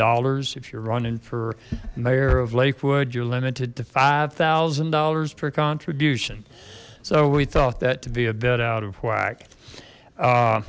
dollars if you're running for mayor of lakewood you're limited to five thousand dollars per contribution so we thought that to be a bit out of whack